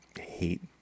hate